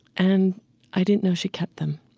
and i didn't know she kept them.